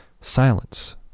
silence